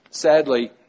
Sadly